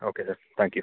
okay sir thank you